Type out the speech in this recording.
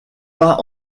pas